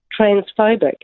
transphobic